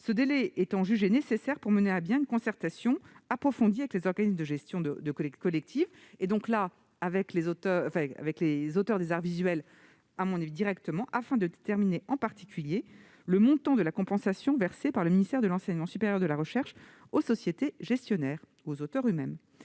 ce délai étant jugé nécessaire pour mener à bien une concertation approfondie avec les organismes de gestion collective et, donc, avec les auteurs des arts visuels directement, afin de déterminer, en particulier, le montant de la compensation versée par le ministère de l'enseignement supérieur et de la recherche aux sociétés gestionnaires ou aux auteurs eux-mêmes.